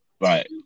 Right